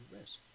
risk